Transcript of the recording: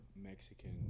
Mexican